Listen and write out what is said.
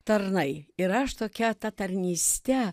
tarnai ir aš tokia ta tarnyste